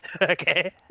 Okay